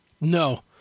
No